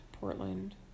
portland